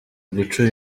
gucura